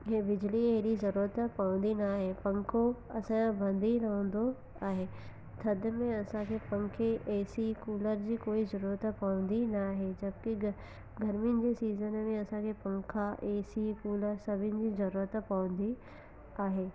हीअ बिजलीअ जी हेॾी ज़रूरत पवंदी न आहे पंखो असांजो बंदि ई रहंदो आहे थधि में असांखे पंखे ए सी कूलर जी कोई ज़रूरत पवंदी न आहे जबकी ग गरमियुनि जे सीज़न में असांखे पंखा ए सी कूलर सभिनी जी ज़रूरत पवंदी आहे